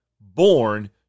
Born